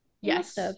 yes